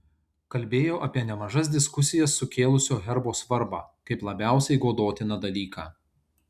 kalbėjo apie nemažas diskusijas sukėlusio herbo svarbą kaip labiausiai godotiną dalyką